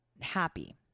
happy